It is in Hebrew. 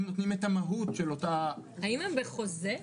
נותנים את המהות של אותה --- האם הם בחוזה?